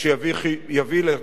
ועל כך אין חילוקי דעות.